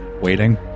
waiting